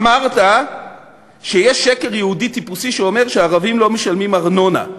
אמרת שיש שקר יהודי טיפוסי שאומר שהערבים לא משלמים ארנונה.